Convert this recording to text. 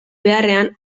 beharrean